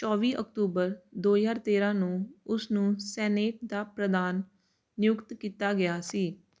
ਚੋਵੀ ਅਕਤੂਬਰ ਦੋ ਹਜ਼ਾਰ ਤੇਰਾਂ ਨੂੰ ਉਸ ਨੂੰ ਸੈਨੇਟ ਦਾ ਪ੍ਰਧਾਨ ਨਿਯੁਕਤ ਕੀਤਾ ਗਿਆ ਸੀ